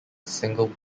single